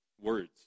words